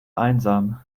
einsam